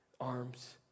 arms